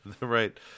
right